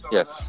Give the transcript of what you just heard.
Yes